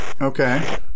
Okay